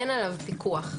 אין עליו פיקוח,